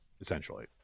essentially